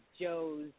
Joe's